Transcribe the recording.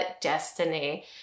destiny